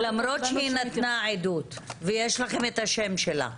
למרות שהיא נתנה עדות, ויש לכם את השם שלה.